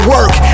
Work